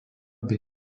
bei